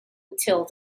until